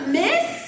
miss